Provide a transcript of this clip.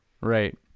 Right